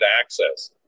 access